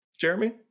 Jeremy